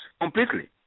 completely